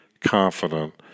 confident